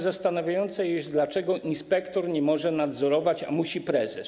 Zastanawiające jest, dlaczego inspektor nie może nadzorować, a musi prezes.